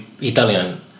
Italian